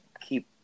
keep